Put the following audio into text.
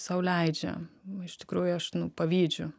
sau leidžia iš tikrųjų aš pavydžiu